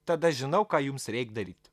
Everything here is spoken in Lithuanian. tada žinau ką jums reik daryt